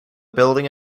building